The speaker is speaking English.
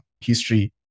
history